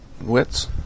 wits